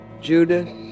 Judas